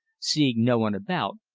seeing no one about,